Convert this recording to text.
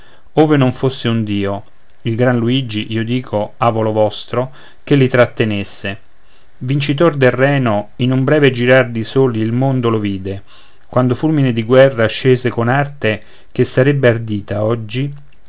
ove non fosse un dio il gran luigi io dico avolo vostro che il trattenesse vincitor del reno in un breve girar di soli il mondo lo vide quando fulmine di guerra scese con arte che sarebbe ardita oggi